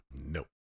nope